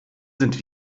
sind